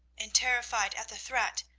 and, terrified at the threat,